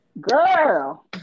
Girl